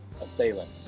assailant